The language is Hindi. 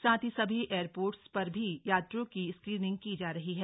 साथ ही सभी एयरपोर्ट्स पर भी यात्रियों की स्क्रीनिंग की जा रही है